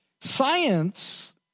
Science